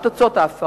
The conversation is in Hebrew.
מה תוצאות ההפרה?